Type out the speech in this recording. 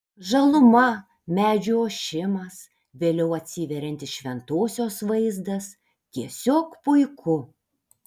žaluma medžių ošimas vėliau atsiveriantis šventosios vaizdas tiesiog puiku